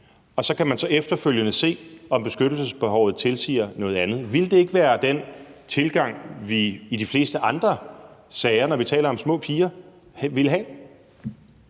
Og så kan man efterfølgende se, om beskyttelsesbehovet tilsiger noget andet. Ville det ikke være den tilgang, vi i de fleste andre sager, når vi taler om små piger, ville have?